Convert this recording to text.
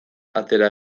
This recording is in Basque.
atera